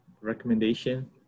recommendation